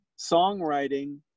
songwriting